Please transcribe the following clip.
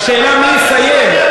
השאלה מי יסיים.